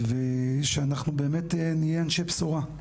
ושבאמת נהיה אנשי בשורה,